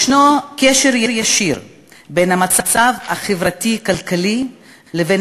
יש קשר ישיר בין המצב החברתי-כלכלי לבין